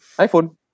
iPhone